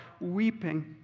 weeping